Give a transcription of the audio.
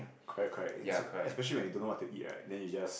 correct correct it's es~ especially when you don't know what to eat right then you just